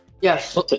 Yes